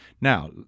Now